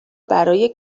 برای